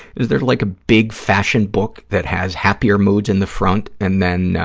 is there like a big fashion book that has happier moods in the front and then